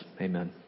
Amen